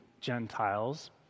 Gentiles